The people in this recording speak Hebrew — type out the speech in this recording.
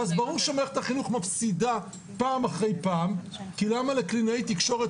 ואז ברור שמערכת החינוך מפסידה פעם אחרי פעם כי למה לקלינאית תקשורת